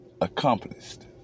accomplished